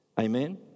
Amen